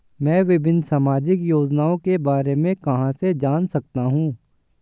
मैं विभिन्न सामाजिक योजनाओं के बारे में कहां से जान सकता हूं?